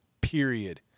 period